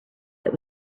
that